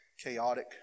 chaotic